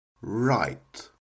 right